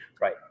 right